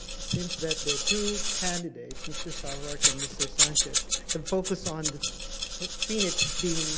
it seems that the two candidates, mr. sarwark and mr. sanchez, have focussed on phoenix being